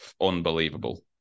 unbelievable